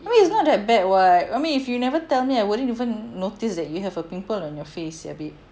I mean it's not that bad [what] I mean if you never tell me I wouldn't even notice that you have a pimple on your face [sial] babe